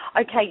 Okay